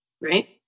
right